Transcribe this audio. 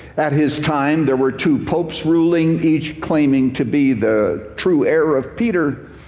at his time, there were two popes ruling, each claiming to be the true heir of peter.